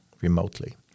remotely